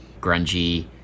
grungy